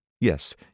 Yes